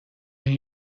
این